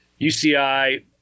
UCI